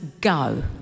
go